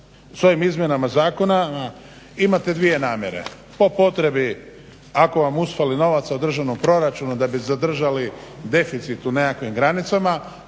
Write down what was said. s ovim izmjenama zakona imate dvije namjere, po potrebi ako vam usfali novaca u državnom proračunu da bi zadržali deficit u nekakvim granicama